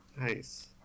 Nice